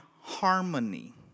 harmony